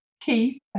Keith